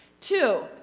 Two